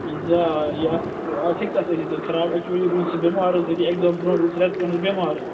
اہن حظ آ خراب اٮ۪کچؤلی اٮ۪کزام برٛونٛہہ روٗدُس رٮ۪تس کھٔنٛڈس بٮ۪مار